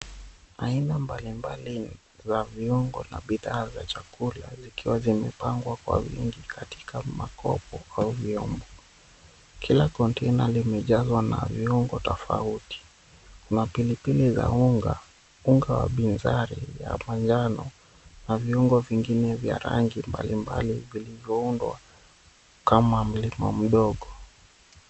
Aina mbali mbali za viungo na bidhaa za chakula vikiwa vimepangwa kwa wingi katika makopo au vyombo. Kila kontena limejazwa na viungo tofauti, kuna pilipili za unga, unga wa bizari ya manjano na viungo vingine vya rangi mbalimbali vilivyoundwa kama mlima mdogo.